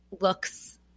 looks